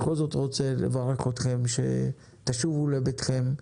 בכל זאת רוצה לברך אתכם שתשובו לביתכם,